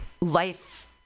life